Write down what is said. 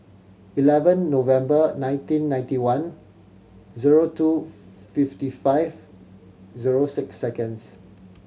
eleven November nineteen ninety one zero two fifty five zero six seconds